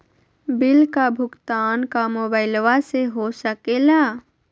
Bill का भुगतान का मोबाइलवा से हो सके ला?